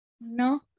no